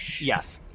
yes